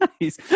Nice